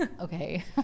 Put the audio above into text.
okay